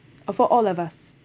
for all of us